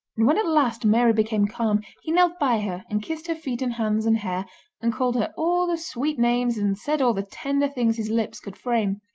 and when at last mary became calm he knelt by her and kissed her feet and hands and hair and called her all the sweet names and said all the tender things his lips could frame.